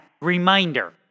reminder